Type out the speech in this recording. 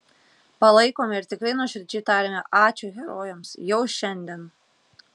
palaikome ir tikrai nuoširdžiai tariame ačiū herojams jau šiandien